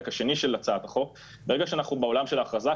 השני של הצעת החוק ברגע שאנחנו בעולם של הכרזה,